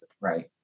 right